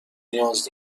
نیاز